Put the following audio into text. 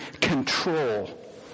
control